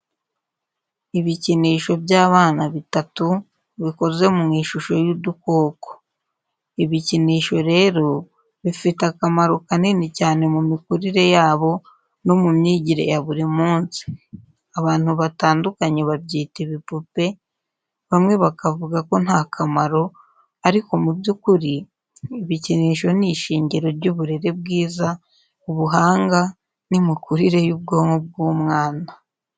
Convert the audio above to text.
Ibikinisho by’abana bitatu, bikoze mu ishusho y’udukoko. Ibikinisho rero bifite akamaro kanini cyane mu mikurire yabo no mu myigire ya buri munsi. Abantu batandukanye babyita ibipupe, bamwe bakavuga ko nta kamaro ariko mu by’ukuri ibikinisho ni ishingiro ry’uburere bwiza, ubuhanga, n’imikurire y’ubwonko bw’umwana.